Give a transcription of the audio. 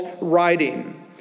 writing